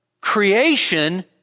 creation